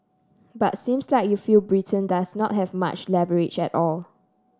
but seems like you feel Britain does not have much leverage at all